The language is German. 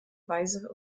weise